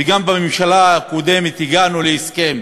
וגם בממשלה הקודמת הגענו להסכם